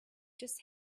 just